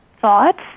thoughts